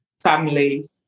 family